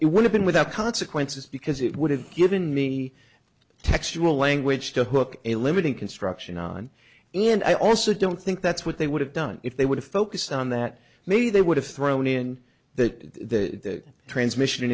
it would have been without consequences because it would have given me textual language to hook a limiting construction on and i also don't think that's what they would have done if they would have focused on that maybe they would have thrown in the transmission in